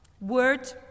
word